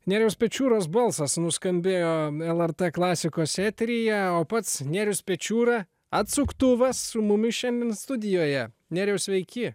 nėriaus pečiūros balsas nuskambėjo lrt klasikos eteryje o pats nėrius pečiūra atsuktuvas su mumis šiandien studijoje nėriau sveiki